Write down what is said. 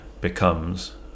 becomes